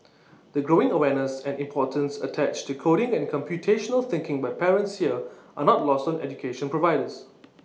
the growing awareness and importance attached to coding and computational thinking by parents here are not lost on education providers